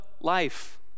life